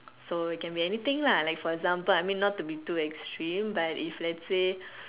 so it can be anything lah like for example I mean not to be too extreme but if let's say